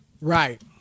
Right